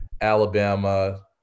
Alabama